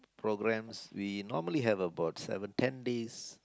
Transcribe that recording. programmes we normally have about seven ten days